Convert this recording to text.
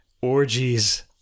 orgies